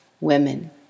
women